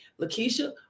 Lakeisha